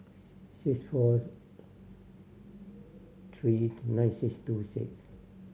six fourth three nine six two six